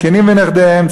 זקנים ונכדיהם,